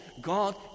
God